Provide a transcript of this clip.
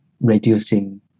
reducing